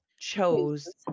chose